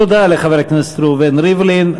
תודה לחבר הכנסת ראובן ריבלין.